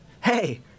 Hey